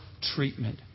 treatment